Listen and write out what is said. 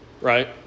Right